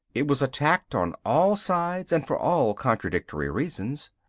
it was attacked on all sides and for all contradictory reasons.